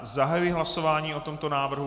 Zahajuji hlasování o tomto návrhu.